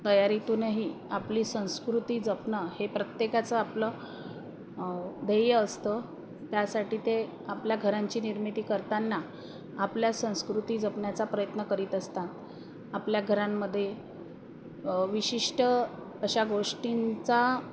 तयारीतूनही आपली संस्कृती जपणं हे प्रत्येकाचं आपलं ध्येय असतं त्यासाठी ते आपल्या घरांची निर्मिती करताना आपल्या संस्कृती जपण्याचा प्रयत्न करीत असतात आपल्या घरांमध्ये विशिष्ट अशा गोष्टींचा